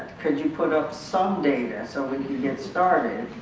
could you put up some data so we can get started,